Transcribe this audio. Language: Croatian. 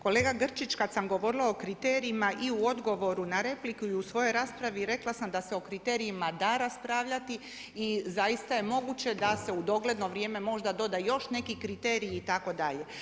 Kolega Grčić kada sam govorila o kriterijima i u odgovoru na repliku i u svojoj raspravi rekla sam da se o kriterijima da raspravljati i zaista je moguće da se u dogledno vrijeme možda doda još neki kriteriji itd…